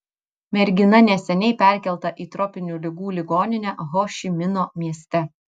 mergina neseniai perkelta į tropinių ligų ligoninę ho ši mino mieste